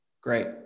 great